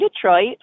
Detroit